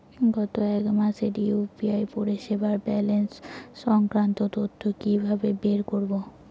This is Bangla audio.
গত এক মাসের ইউ.পি.আই পরিষেবার ব্যালান্স সংক্রান্ত তথ্য কি কিভাবে বের করব?